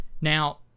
Now